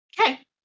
Okay